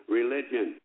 religion